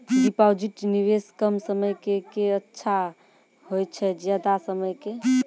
Deposit निवेश कम समय के के अच्छा होय छै ज्यादा समय के?